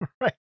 Right